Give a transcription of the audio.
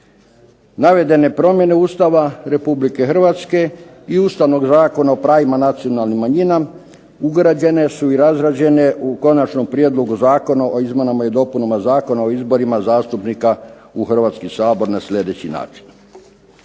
Navedene promjene Ustava Republike Hrvatske i Ustavnog zakona o pravima nacionalnih manjina ugrađene su i razrađene u Konačnom prijedlogu zakona o izmjenama i dopunama zakona o izborima zastupnika u Hrvatski sabor na sljedeći način: